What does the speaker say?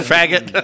Faggot